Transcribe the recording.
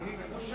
כי היא כבושה.